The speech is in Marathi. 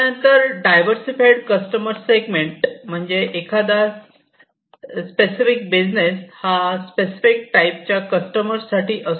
त्यानंतर डायवर्सिफ़ाईड कस्टमर सेगमेंट म्हणजे एखादा पॅसिफिक बिझनेस हा स्पेसिफिक टाईप च्या कस्टमर साठी असतो